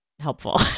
helpful